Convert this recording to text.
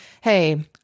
hey